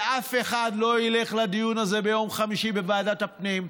שאף אחד לא ילך לדיון הזה ביום חמישי בוועדת הפנים.